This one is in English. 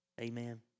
Amen